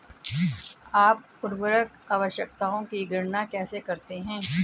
आप उर्वरक आवश्यकताओं की गणना कैसे करते हैं?